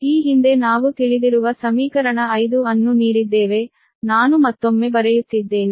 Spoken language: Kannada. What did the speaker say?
ಈ ಹಿಂದೆ ನಾವು ತಿಳಿದಿರುವ ಸಮೀಕರಣ 5 ಅನ್ನು ನೀಡಿದ್ದೇವೆ ನಾನು ಮತ್ತೊಮ್ಮೆ ಬರೆಯುತ್ತಿದ್ದೇನೆ